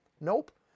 Nope